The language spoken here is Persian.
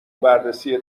بررسی